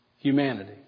Humanity